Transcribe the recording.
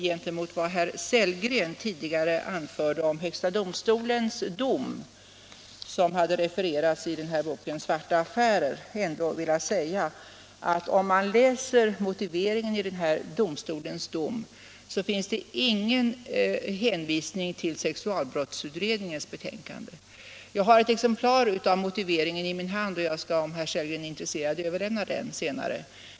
Gentemot vad herr Sellgren tidigare anförde om högsta domstolens dom, som hade refererats i boken Svarta affärer, skulle jag vilja säga, att om man läser motiveringen i domen finner man ingen hänvisning till sexualbrottsutredningens betänkande. Jag har ett exemplar av motiveringen i min hand, och om herr Sellgren är intresserad skall jag överlämna det senare.